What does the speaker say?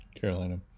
carolina